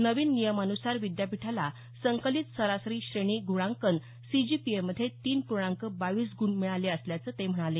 नवीन नियमान्सार विद्यापीठाला संकलित सरासरी श्रेणी ग्णांकन सीजीपीएमध्ये तीन प्र्णांक बावीस ग्ण मिळाले असल्याचं ते म्हणाले